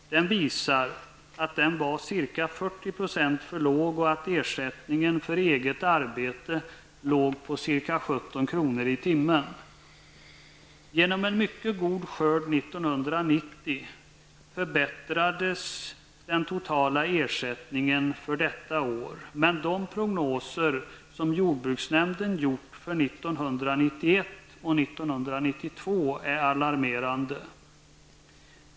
Den visar att lönsamheten var ca 40 % för låg och att ersättningen för eget arbete låg på ca 17 kr. per timme. Genom en mycket god skörd 1990 Men de prognoser som jordbruksnämnden gjort för 1991 och 1992 är alarmerande.